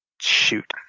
Shoot